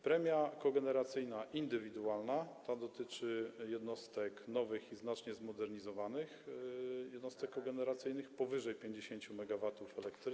Premia kogeneracyjna indywidualna dotyczy jednostek nowych i znacznie zmodernizowanych jednostek kogeneracyjnych, powyżej 50 MWe.